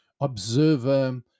observer